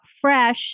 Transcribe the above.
fresh